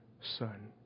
Son